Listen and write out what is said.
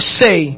say